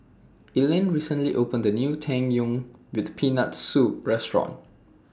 Ellyn recently opened A New Tang Yuen with Peanut Soup Restaurant